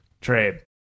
Trade